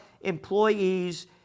employees